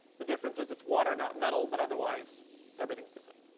the difference is it's water not metal, but otherwise everything's the same.